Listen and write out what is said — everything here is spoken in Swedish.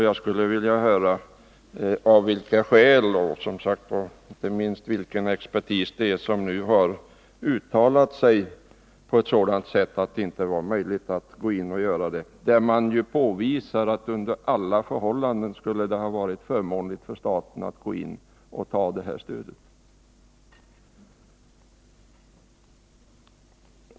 Jag skulle vilja höra av vilka skäl regeringen gjort detta, och som sagt inte minst vilken expertis det är som nu har uttalat sig på sådant sätt att det inte var möjligt att gå in och göra det. Man påvisar ju att det under alla förhållanden skulle ha varit förmånligt för staten att gå in med detta stöd.